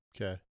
Okay